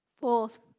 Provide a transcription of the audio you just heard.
Fourth